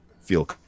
feel